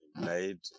made